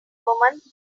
woman